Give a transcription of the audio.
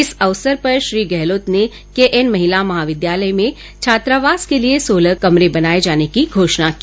इस अवसर पर श्री गहलोत ने के एन महिला महाविद्यालय में छात्रावास के लिए सोलह कमरे बनाये जाने की घोषणा की